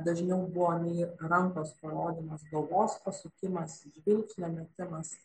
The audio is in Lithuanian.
dažniau buvo nei rankos parodymas galvos pasukimas žvilgsnio metimas